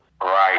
Right